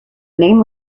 name